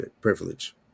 privilege